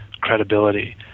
credibility